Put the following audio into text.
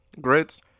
grits